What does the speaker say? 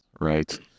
Right